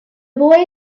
boy